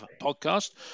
podcast